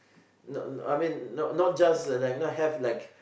no no I mean not not just not have like